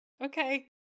Okay